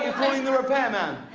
calling the repairman.